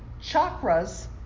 chakras